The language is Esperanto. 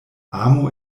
amu